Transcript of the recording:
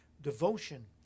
devotion